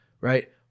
right